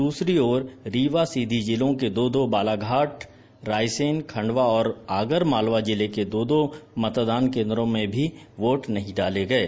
द्रसरी और रीवा सीधी जिलों के दो दो बालाघाट रायसेन खंडवा और आगरमालवा जिले के दो दो मतदान केन्द्रों में मत नहीं डाले गये